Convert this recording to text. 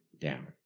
down